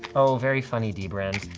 oh, very funny, dbrand.